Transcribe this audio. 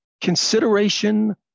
consideration